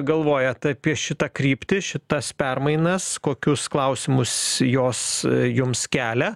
galvojat apie šitą kryptį šitas permainas kokius klausimus jos jums kelia